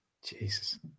Jesus